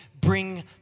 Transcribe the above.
bring